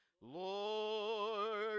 Lord